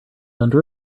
under